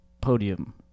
podium